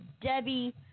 Debbie